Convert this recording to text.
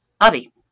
Avi